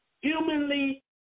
humanly